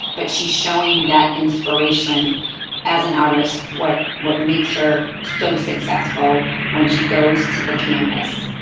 but she's showing you that inspiration as an artist what what makes her so successful when she goes to the canvas.